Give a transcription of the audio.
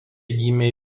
gimė